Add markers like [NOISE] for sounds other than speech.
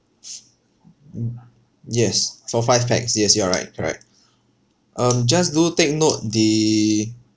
[NOISE] yes for five pax yes you are right correct um just do take note the